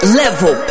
level